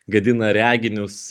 gadina reginius